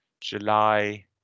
July